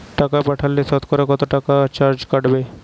টাকা পাঠালে সতকরা কত টাকা চার্জ কাটবে?